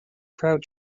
crowd